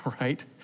right